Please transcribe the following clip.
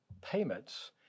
payments